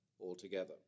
altogether